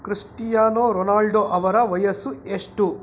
Cristiano Ronaldo ಅವರ ವಯಸ್ಸು ಎಷ್ಟು